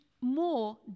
more